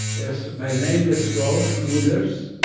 yes. my name is rolf luders,